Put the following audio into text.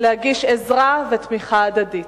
להגיש עזרה ותמיכה הדדית.